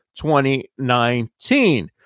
2019